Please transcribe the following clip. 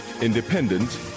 Independent